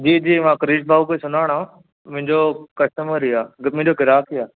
जी जी मां क्रिश भाऊ खे सुञाणा मुंहिंजो कस्टमर ई आहे मुंहिंजो गिराक बि आहे